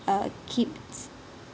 uh keeps